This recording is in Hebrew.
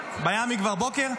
במיאמי כבר בוקר?